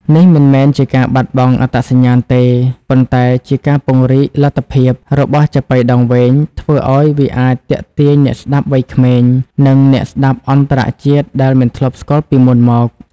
នេះមិនមែនជាការបាត់បង់អត្តសញ្ញាណទេ ប៉ុន្តែជា ការពង្រីកលទ្ធភាព របស់ចាប៉ីដងវែង ធ្វើឱ្យវាអាចទាក់ទាញអ្នកស្តាប់វ័យក្មេង និងអ្នកស្តាប់អន្តរជាតិដែលមិនធ្លាប់ស្គាល់ពីមុនមក។